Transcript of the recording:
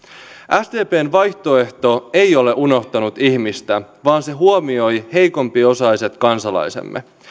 sdpn vaihtoehto ei ole unohtanut ihmistä vaan se huomioi heikompiosaiset kansalaisemme